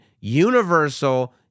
Universal